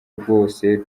rwose